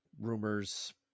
Rumors